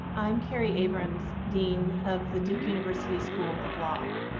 i'm kerry abrams, dean of the duke university school of law.